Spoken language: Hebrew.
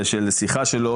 של שיחה שלו.